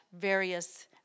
various